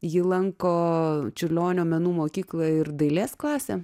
ji lanko čiurlionio menų mokyklą ir dailės klasę